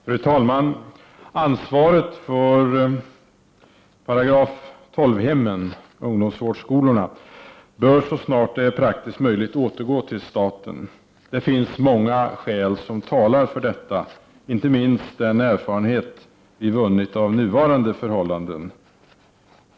Fru talman! Ansvaret för § 12-hemmen, ungdomsvårdsskolorna, bör så snart det är praktiskt möjligt återgå till staten. Det finns många skäl som talar för detta, inte minst den erfarenhet som vunnits av nuvarande förhållanden.